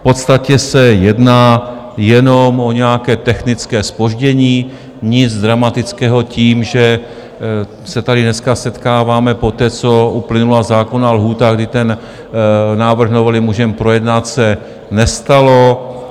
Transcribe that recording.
V podstatě se jedná jenom o nějaké technické zpoždění, nic dramatického tím, že se tady dneska setkáváme poté, co uplynula zákonná lhůta, kdy ten návrh novely můžeme projednat, se nestalo.